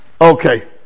Okay